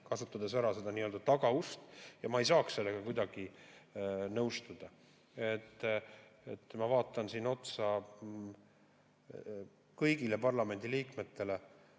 kasutades ära nii-öelda tagaust, ja ma ei saa sellega kuidagi nõustuda. Ma vaatan otsa kõigile parlamendi liikmetele: